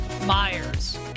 Myers